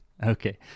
Okay